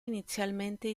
inizialmente